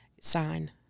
sign